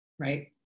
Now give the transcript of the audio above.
right